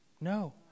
No